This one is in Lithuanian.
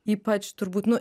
ypač turbūt nu